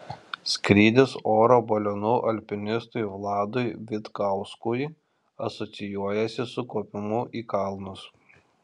skrydis oro balionu alpinistui vladui vitkauskui asocijuojasi su kopimu į kalnus